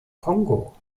kongo